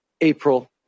April